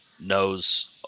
knows